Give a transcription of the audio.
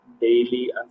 daily